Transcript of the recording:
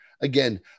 again